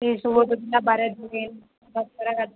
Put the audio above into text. ಎಷ್ಟು ಓದೋದಿಲ್ಲ ಬರಿಯಾದಿಲ್ಲ ಏನು